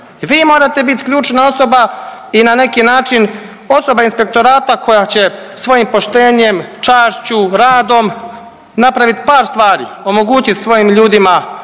Vi morate biti ključna osoba i na neki način osoba inspektorata koja će svojim poštenjem, čašću, radom napravit par stvari. Omogućiti svojim ljudima